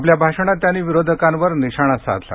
आपल्या भाषणात त्यांनी विरोधकांवर निशाणा साधला